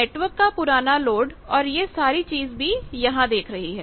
network का पुराना load और यह सारी चीज भी यहां देख रही है